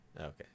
okay